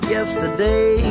Yesterday